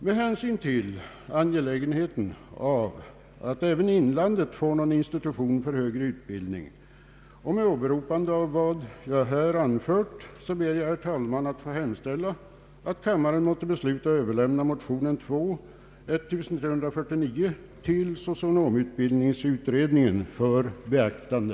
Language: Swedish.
Med hänsyn till angelägenheten av att även inlandet får någon institution för högre utbildning och med åberopande av vad jag här anfört ber jag, herr talman, att få hemställa att kammaren måtte besluta att i skrivelse till Kungl. Maj:t hemställa, att motionen II: 1349 överlämnas till socionomutbildningsutredningen för beaktande.